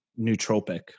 nootropic